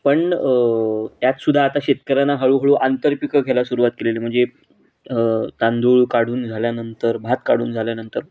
पण त्यात सुद्धा आता शेतकऱ्यांना हळूहळू आंतरपिकं घ्यायला सुरुवात केलेली म्हणजे तांदूळ काढून झाल्यानंतर भात काढून झाल्यानंतर